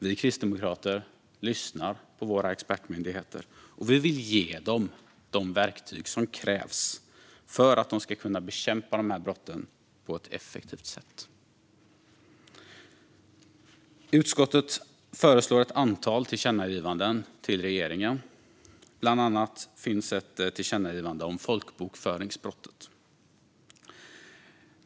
Vi kristdemokrater lyssnar på expertmyndigheterna, och vi vill ge dem de verktyg som krävs för att de ska kunna bekämpa de här brotten på ett effektivt sätt. Utskottet föreslår ett antal tillkännagivanden till regeringen. Bland annat finns ett förslag till tillkännagivande om folkbokföringsbrottet.